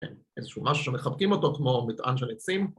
‫איזשהו משהו שמחבקים אותו ‫כמו מטען של עצים.